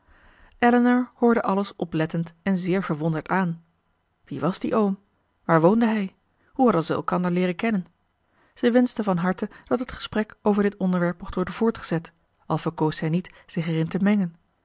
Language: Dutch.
elinor hoorde alles oplettend en zeer verwonderd aan wie was die oom waar woonde hij hoe hadden zij elkander leeren kennen zij wenschte van harte dat het gesprek over dit onderwerp mocht worden voortgezet al verkoos zij niet zich erin te mengen